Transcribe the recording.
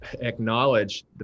acknowledge